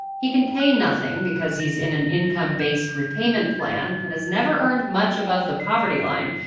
he can pay nothing because he's in an income-based repayment plan and has never earned much above the poverty line.